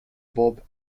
bob